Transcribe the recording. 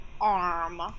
arm